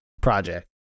project